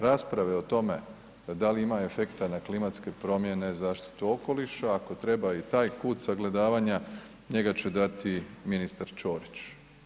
Rasprave o tome da li ima efekta na klimatske promjene, zaštitu okoliša, ako treba i taj kut sagledavanja, njega će dati ministar Ćorić.